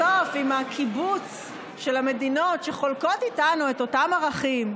בסוף עם הקיבוץ של המדינות שחולקות איתנו את אותם ערכים,